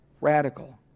Radical